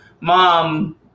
mom